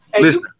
listen